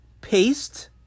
Paste